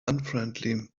unfriendly